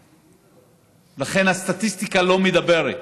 לכן, הסטטיסטיקה לא מדברת.